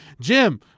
Jim